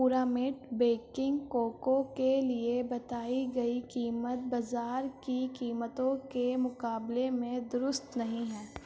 پورا meat baking cocoa کے لیے بتائی گئی قیمت بازار کی قیمتوں کے مقابلے میں درست نہیں ہے